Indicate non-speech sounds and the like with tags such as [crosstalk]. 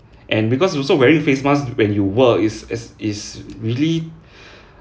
and because also wearing face mask when you work is is is really [breath]